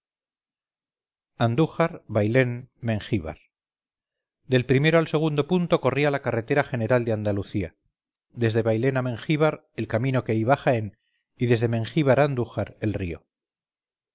andújar bailén mengíbar del primero al segundo punto corría la carretera general de andalucía desde bailén a mengíbar el camino que iba a jaén y desde mengíbar a andújar el río